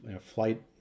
flight